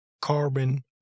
carbon